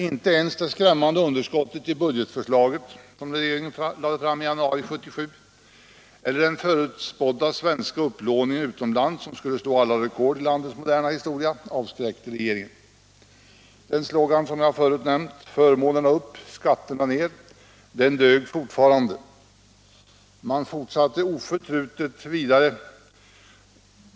Inte ens det skrämmande underskottet i det budgetförslag som regeringen lade fram i januari 1977 eller den förutspådda svenska upplåningen utomlands, som skulle slå alla rekord i landets moderna historia, avskräckte regeringen. Den slogan som jag förut nämnt, förmånerna upp —- skatterna ner, dög fortfarande. Man fortsatte oförtrutet vidare.